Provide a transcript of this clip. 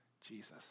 Jesus